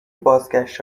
بازگشت